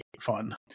fun